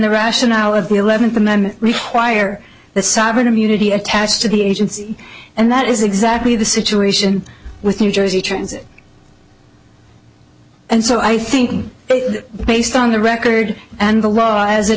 the rationale of the eleventh commandment require the sovereign immunity attaches to the agency and that is exactly the situation with new jersey transit and so i think based on the record and the law as it